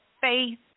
faith